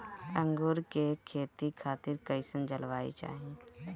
अंगूर के खेती खातिर कइसन जलवायु चाही?